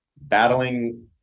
battling